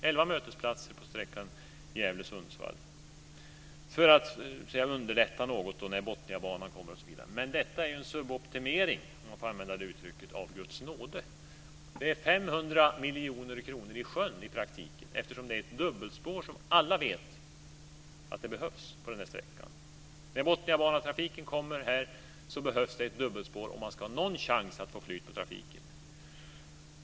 Elva mötesplatser på sträckan Gävle-Sundsvall för att underlätta något när Botniabanan kommer osv. Detta är en ju en suboptimering - låt mig använda det uttrycket - av Guds nåde. I praktiken kastas 500 miljoner kronor i sjön. Alla vet att det behövs ett dubbelspår på den här sträckan. När Botniabanetrafiken kommer där behövs det ett dubbelspår om man ska ha någon chans att få flyt på trafiken.